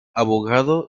abogado